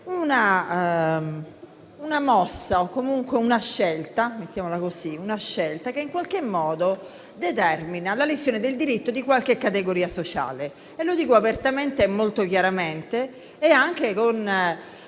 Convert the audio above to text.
una mossa, o comunque una scelta - mettiamola così- che in qualche modo determina la lesione del diritto di qualche categoria sociale. Dico questo apertamente, molto chiaramente e anche con